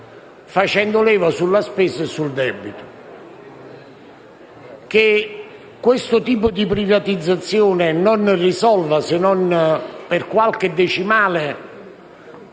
leva sulla spesa e sul debito. Che questo tipo di privatizzazione non risolva, se non per qualche decimale,